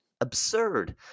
absurd